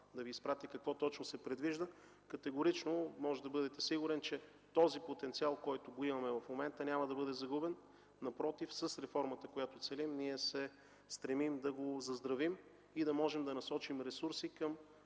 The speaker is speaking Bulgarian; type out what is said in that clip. да Ви изпратя какво точно се предвижда. Категорично можете да бъдете сигурен, че потенциалът, който имаме в момента, няма да бъде загубен. Напротив, с реформата, която целим, ние се стремим да го заздравим и да насочим ресурси към